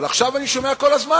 אבל עכשיו אני שומע כל הזמן,